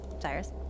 Tires